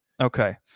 okay